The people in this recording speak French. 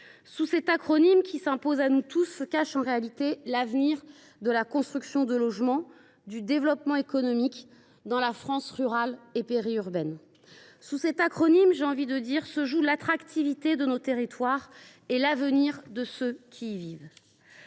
Sous cet acronyme – ZAN – qui s’impose à nous tous se cache en réalité l’avenir de la construction de logements et du développement économique dans la France rurale et périurbaine. Sous cet acronyme, ce qui se joue, c’est l’attractivité de nos territoires et l’avenir de ceux qui y vivent.